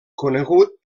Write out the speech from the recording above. conegut